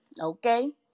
Okay